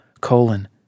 colon